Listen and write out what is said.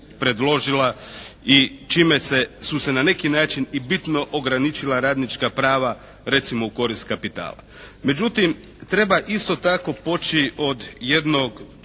predložila i čime su se na neki način i bitno ograničila radnička prava recimo u korist kapitala. Međutim, treba isto tako poći od jednog